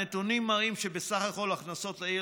הנתונים מראים שבסך הכול ההכנסות לעיר